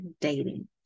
dating